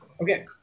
Okay